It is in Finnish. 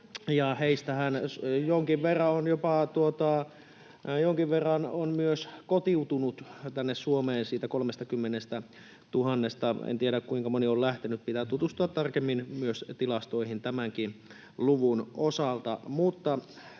heistähän jonkin verran on jopa myös kotiutunut tänne Suomeen, siitä 30 000:sta. En tiedä, kuinka moni on lähtenyt. Pitää tutustua tarkemmin myös tilastoihin tämänkin luvun osalta.